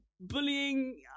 bullying